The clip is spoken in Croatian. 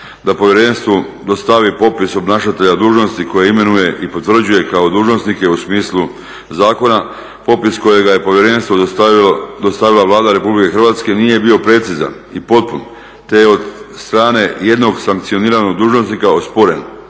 da povjerenstvu dostavi popis obnašatelja dužnosti koje imenuje i potvrđuje kao dužnosnike u smislu zakona popis kojega je povjerenstvo dostavila Vlada RH nije bio precizan i potpun, te je od strane jednog sankcioniranog dužnosnika osporen